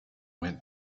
went